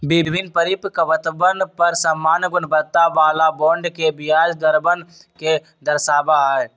विभिन्न परिपक्वतवन पर समान गुणवत्ता वाला बॉन्ड के ब्याज दरवन के दर्शावा हई